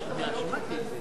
נתקבלה.